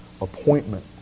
appointment